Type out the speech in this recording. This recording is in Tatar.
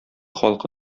халкы